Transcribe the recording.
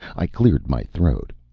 i cleared my throat.